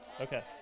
Okay